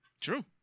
True